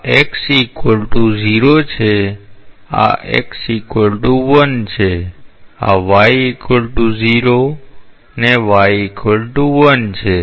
આ x 0 છે આ x 1 છે આ y 0 છે આ y 1 છે